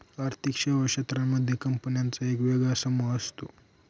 आर्थिक सेवा क्षेत्रांमध्ये कंपन्यांचा एक वेगळा समूह असतो